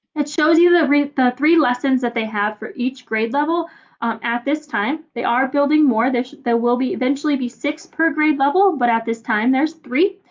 it shows you the the three lessons that they have for each grade level at this time. they are building more. there will be eventually be six per grade level but at this time there's three.